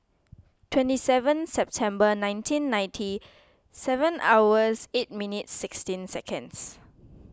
twenty seven September nineteen ninety seven hours eight minutes sixteen seconds